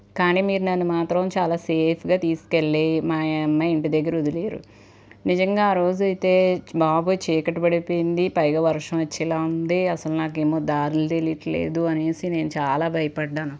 కానీ మీరు మాత్రం నన్ను చాలా సేఫ్గా తీసుకెళ్ళి మా అమ్మాయి ఇంటి దగ్గర వదిలారు నిజంగా ఆ రోజైతే బాగా చీకటి పడిపోయింది పైగా వర్షం వచ్చేలాగుంది అస్సలు నాకేమో దారులు తెలియలేదు అనేసి నేను చాలా భయపడ్డాను